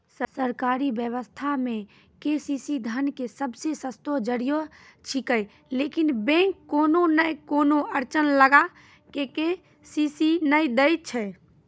सरकारी व्यवस्था मे के.सी.सी धन के सबसे सस्तो जरिया छिकैय लेकिन बैंक कोनो नैय कोनो अड़चन लगा के के.सी.सी नैय दैय छैय?